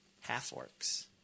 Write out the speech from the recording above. half-orcs